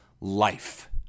life